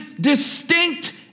distinct